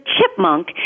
chipmunk